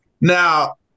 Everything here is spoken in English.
now